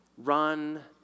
Run